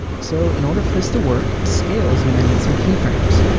so, in order for this to work, scale is going to need some keyframes.